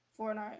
Fortnite